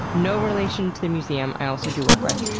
no relation to the museum i also do work with.